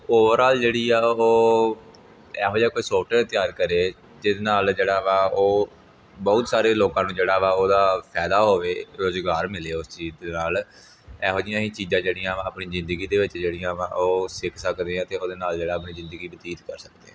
overall ਜਿਹੜੀ ਆ ਉਹ ਇਹੋ ਜਿਹਾ ਕੋਈ ਸੋਫਟਵੇਅਰ ਤਿਆਰ ਕਰੇ ਜਿਹਦੇ ਨਾਲ ਜਿਹੜਾ ਵਾ ਉਹ ਬਹੁਤ ਸਾਰੇ ਲੋਕਾਂ ਨੂੰ ਜਿਹੜਾ ਵਾ ਉਹਦਾ ਫਾਇਦਾ ਹੋਵੇ ਰੁਜ਼ਗਾਰ ਮਿਲੇ ਉਸ ਚੀਜ਼ ਦੇ ਨਾਲ ਇਹੋ ਜਿਹੀਆਂ ਅਸੀਂ ਚੀਜ਼ਾਂ ਜਿਹੜੀਆਂ ਵਾ ਆਪਣੀ ਜ਼ਿੰਦਗੀ ਦੇ ਵਿੱਚ ਜਿਹੜੀਆਂ ਵਾ ਉਹ ਸਿੱਖ ਸਕਦੇ ਹਾਂ ਅਤੇ ਉਹਦੇ ਨਾਲ ਜਿਹੜਾ ਆਪਣੀ ਜ਼ਿੰਦਗੀ ਬਤੀਤ ਕਰ ਸਕਦੇ ਹਾਂ